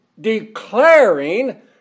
declaring